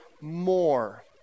more